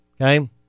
okay